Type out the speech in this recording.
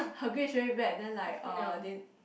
her grades very bad then like uh then